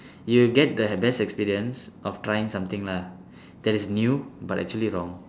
you get the best experience of trying something lah that is new but actually wrong